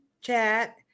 chat